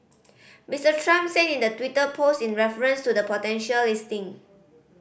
Mister Trump said in the Twitter post in reference to the potential listing